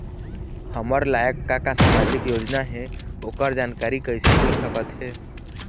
हमर लायक का का सामाजिक योजना हे, ओकर जानकारी कइसे मील सकत हे?